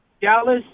Dallas